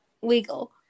wiggle